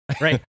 right